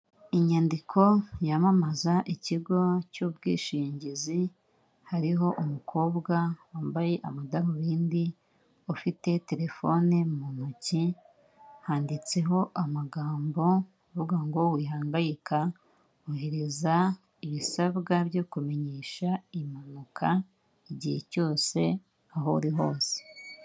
Inyandiko yamamaza ikigo cy'ubwishingizi, hariho umukobwa wambaye amadarubindi, ufite telefone mu ntoki, handitseho amagambo avuga ngo wihangayika, ohereza ibisabwa byo kumenyesha impanuka, igihe cyose aho uri hose.